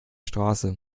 straße